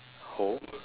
hole